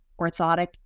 orthotic